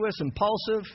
impulsive